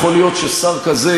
יכול להיות ששר כזה,